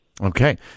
Okay